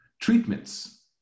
treatments